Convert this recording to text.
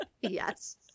yes